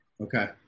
okay